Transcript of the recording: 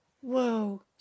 Whoa